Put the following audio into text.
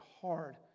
hard